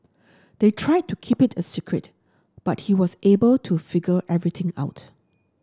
they tried to keep it a secret but he was able to figure everything out